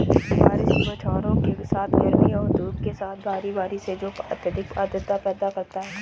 बारिश की बौछारों के साथ गर्मी और धूप के साथ बारी बारी से जो अत्यधिक आर्द्रता पैदा करता है